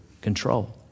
control